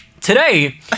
Today